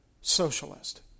socialist